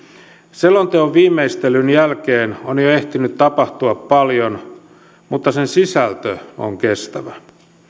selonteon viimeistelyn jälkeen on jo ehtinyt tapahtua paljon mutta sen sisältö on kestävä